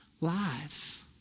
lives